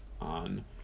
on